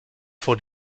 vor